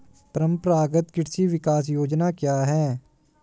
परंपरागत कृषि विकास योजना क्या है?